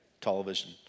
television